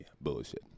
bullshit